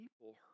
people